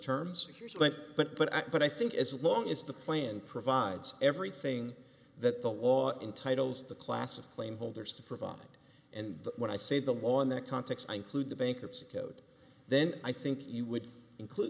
terms but but but i think as long as the plan provides everything that the law entitles the class of claim holders to provide and when i say the law in that context i include the bankruptcy code then i think you would include